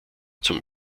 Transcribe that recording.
zum